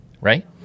right